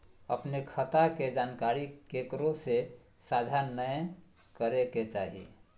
अपने खता के जानकारी केकरो से साझा नयय करे के चाही